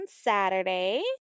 Saturday